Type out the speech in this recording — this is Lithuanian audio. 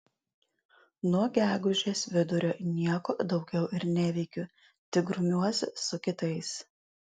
nuo gegužės vidurio nieko daugiau ir neveikiu tik grumiuosi su kitais